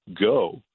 go